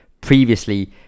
previously